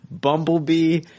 Bumblebee